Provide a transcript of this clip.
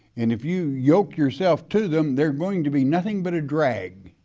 and if you yoke yourself to them, they're going to be nothing but a drag.